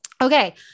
Okay